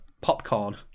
popcorn